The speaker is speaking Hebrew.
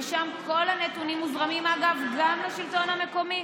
ושם כל הנתונים מוזרמים, אגב, גם לשלטון המקומי.